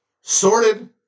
sorted